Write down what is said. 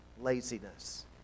Laziness